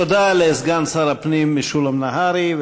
תודה לסגן שר הפנים משולם נהרי,